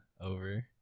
over